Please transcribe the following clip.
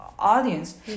Audience